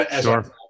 Sure